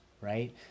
right